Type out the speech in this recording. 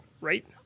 Right